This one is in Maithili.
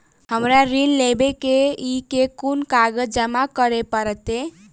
हमरा ऋण लेबै केँ अई केँ कुन कागज जमा करे पड़तै?